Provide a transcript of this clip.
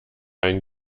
ein